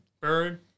Bird